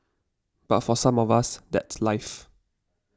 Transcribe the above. but for some of us that's life